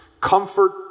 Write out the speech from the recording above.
Comfort